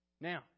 Now